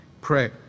pray